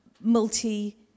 multi